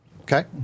Okay